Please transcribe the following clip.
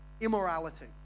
Immorality